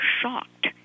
shocked